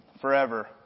forever